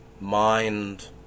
mind